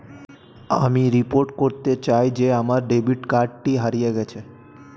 আমি রিপোর্ট করতে চাই যে আমার ডেবিট কার্ডটি হারিয়ে গেছে